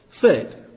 Third